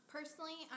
Personally